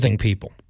people